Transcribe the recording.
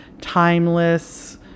timeless